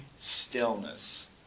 stillness